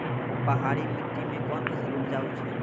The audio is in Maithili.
पहाड़ी मिट्टी मैं कौन फसल उपजाऊ छ?